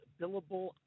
billable